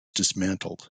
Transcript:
dismantled